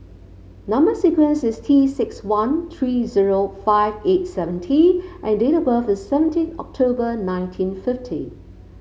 number sequence is T six one three zero five eight seven T and date of birth is seventeen October nineteen fifty